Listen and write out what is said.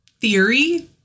theory